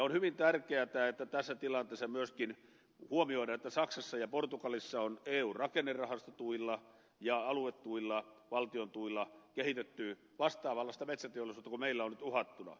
on hyvin tärkeätä että tässä tilanteessa myöskin huomioidaan että saksassa ja portugalissa on eu rakennerahastotuilla ja aluetuilla valtion tuilla kehitetty vastaavanlaista metsäteollisuutta kuin meillä on nyt uhattuna